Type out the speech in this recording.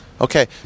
okay